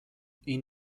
این